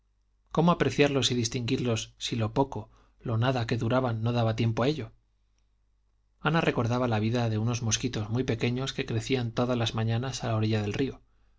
cómo apreciarlos y distinguirlos si lo poco lo nada que duraban no daba tiempo a ello ana recordaba la vida de unos mosquitos muy pequeños que crecían todas las mañanas a la orilla del río